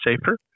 safer